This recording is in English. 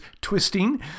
twisting